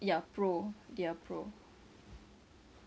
ya pro they're pro